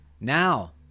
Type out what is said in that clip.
Now